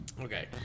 Okay